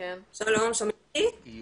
לנקודה האחרונה שהעליתם,